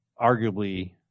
arguably –